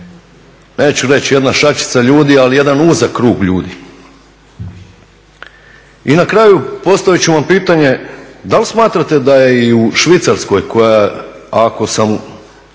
neću reći jedna šačica ljudi ali jedan uzak krug ljudi. I na kraju postavit ću vam pitanje dal smatrate da je i u Švicarskoj koja ako sam